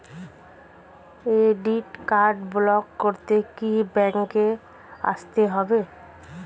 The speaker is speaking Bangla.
ক্রেডিট কার্ড ব্লক করতে কি ব্যাংকে আসতে হবে?